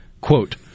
quote